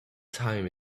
time